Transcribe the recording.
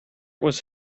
was